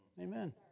Amen